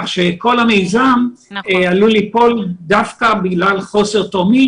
כך שכל המיזם עלול ליפול דווקא בגלל חוסר תורמים